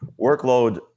workload